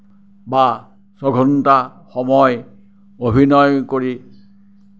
বা ছঘণ্টা সময় অভিনয় কৰি